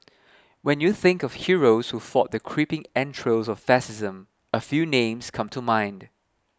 when you think of heroes who fought the creeping entrails of fascism a few names come to mind